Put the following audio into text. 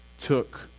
took